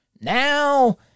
Now